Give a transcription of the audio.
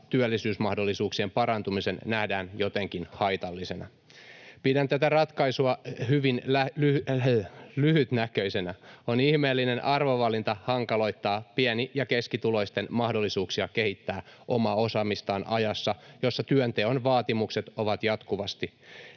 työllisyysmahdollisuuksien parantumisen, nähdään jotenkin haitallisena? Pidän tätä ratkaisua hyvin lyhytnäköisenä. On ihmeellinen arvovalinta hankaloittaa pieni‑ ja keskituloisten mahdollisuuksia kehittää omaa osaamistaan ajassa, jossa työnteon vaatimukset ovat jatkuvasti